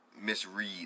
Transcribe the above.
Misread